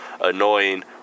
annoying